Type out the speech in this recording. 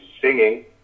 singing